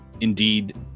indeed